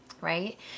Right